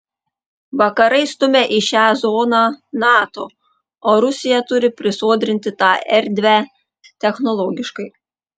vakarai stumia į šią zoną nato o rusija turi prisodrinti tą erdvę technologiškai